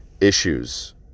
issues